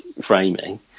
framing